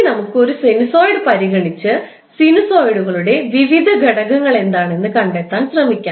ഇനി നമുക്ക് ഒരു സിനുസോയിഡ് പരിഗണിച്ച് സിനുസോയിഡുകളുടെ വിവിധ ഘടകങ്ങൾ എന്താണെന്ന് കണ്ടെത്താൻ ശ്രമിക്കാം